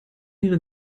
ihre